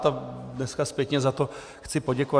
A dneska zpětně za to chci poděkovat.